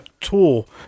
tool